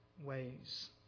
ways